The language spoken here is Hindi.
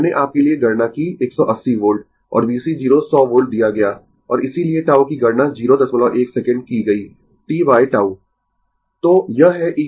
मैंने आपके लिए गणना की 180 वोल्ट और VC 0 100 वोल्ट दिया गया और इसीलिये tau की गणना 01 सेकंड की गई t बाय tau